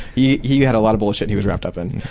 he he had a lot of bullshit he was wrapped up in.